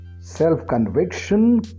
self-conviction